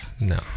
No